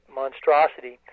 monstrosity